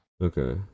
okay